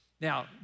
Now